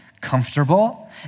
comfortable